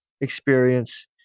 experience